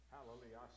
Hallelujah